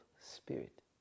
spirit